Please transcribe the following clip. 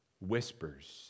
whispers